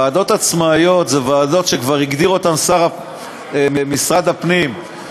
ועדות עצמאיות הן ועדות שכבר הגדיר אותן משרד הפנים,